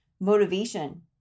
motivation